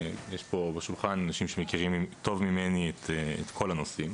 יש פה בשולחן אנשים שמכירים טוב ממני את כל הנושאים,